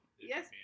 Yes